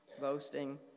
boasting